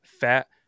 fat